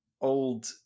old